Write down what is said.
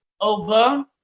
Over